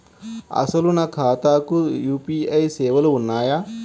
అసలు నా ఖాతాకు యూ.పీ.ఐ సేవలు ఉన్నాయా?